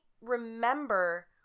remember